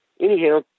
Anyhow